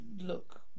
look